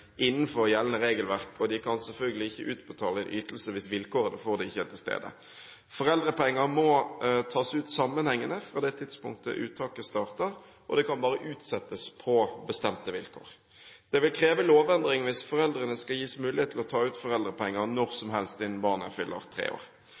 innenfor gjeldende regelverk, og de kan selvfølgelig ikke utbetale ytelse hvis vilkårene for det ikke er til stede. Foreldrepenger må tas ut sammenhengende fra det tidspunktet uttaket starter, og det kan bare utsettes på bestemte vilkår. Det vil kreve lovendring hvis foreldrene skal gis mulighet til å ta ut foreldrepenger når